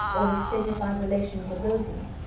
or his dignified relations at rosings,